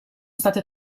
state